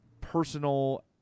personal